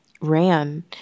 Ran